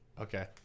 okay